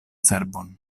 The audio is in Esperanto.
cerbon